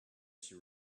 she